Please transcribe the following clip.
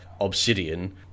obsidian